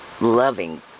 loving